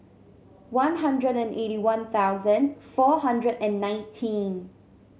One Hundred and eighty One Thousand four hundred and nineteen